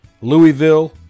Louisville